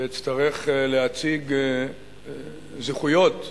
כשאצטרך להציג זכויות,